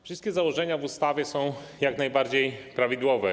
Wszystkie założenia w ustawie są jak najbardziej prawidłowe.